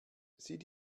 sieh